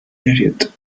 period